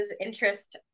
interest